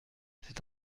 c’est